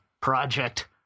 project